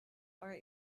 are